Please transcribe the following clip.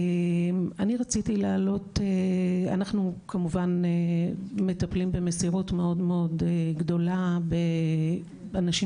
אנחנו כמובן מטפלים במסירות מאוד גדולה באנשים